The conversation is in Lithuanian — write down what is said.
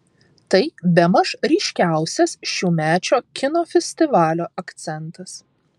tai bemaž ryškiausias šiųmečio kino festivalio akcentas